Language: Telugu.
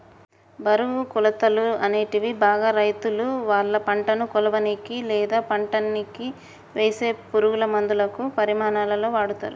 బరువు, కొలతలు, అనేటివి బాగా రైతులువాళ్ళ పంటను కొలవనీకి, లేదా పంటకివేసే పురుగులమందుల పరిమాణాలలో వాడతరు